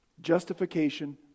Justification